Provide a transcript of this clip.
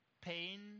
pain